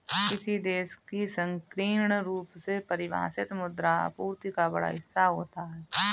किसी देश की संकीर्ण रूप से परिभाषित मुद्रा आपूर्ति का बड़ा हिस्सा होता है